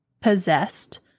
possessed